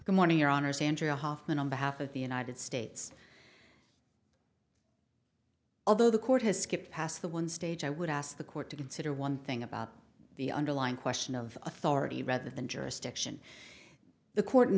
your honor sandra hofmann on behalf of the united states although the court has skipped past the one stage i would ask the court to consider one thing about the underlying question of authority rather than jurisdiction the court in